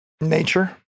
nature